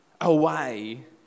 away